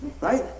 right